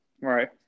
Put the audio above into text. Right